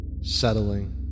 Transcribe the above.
settling